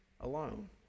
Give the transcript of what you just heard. alone